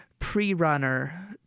pre-runner